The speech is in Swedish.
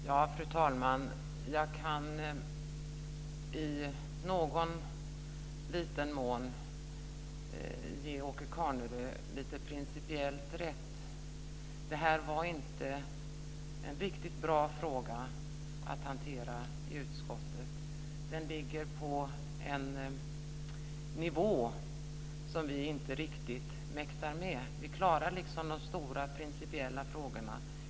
Fru talman! Jag kan i någon liten mån ge Åke Carnerö principiellt rätt. Det här var inte en riktigt bra fråga att hantera i utskottet. Den ligger på en nivå som vi inte riktigt mäktar med. Vi klarar de stora principiella frågorna.